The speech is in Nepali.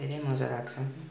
धेरै जा लाग्छ